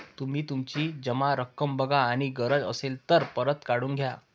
तुम्ही तुमची जमा रक्कम बघा आणि गरज असेल तर परत काढून घ्या